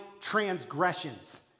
transgressions